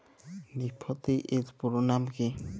Nifty এর পুরোনাম কী?